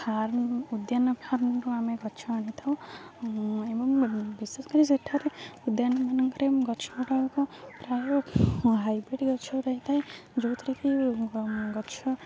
farm ଉଦ୍ୟାନ ଫାର୍ମରୁ ଆମେ ଗଛ ଆଣିଥାଉ ଏବଂ ବିଶେଷ କରି ସେଠାରେ ଉଦ୍ୟାନ ମାନଙ୍କରେ ଗଛ ଗୁଡ଼ାକ ପ୍ରାୟ ହାଇବ୍ରିଡ଼୍ ଗଛ ଥାଏ ଯୋଉଥିରେ କିି ଗଛ